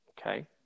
Okay